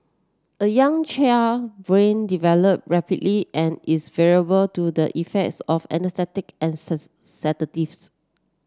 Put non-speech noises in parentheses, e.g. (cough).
a young child brain develop rapidly and is vulnerable to the effects of (unintelligible) and (unintelligible) sedatives